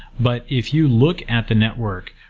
but if you look at the network,